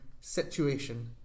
situation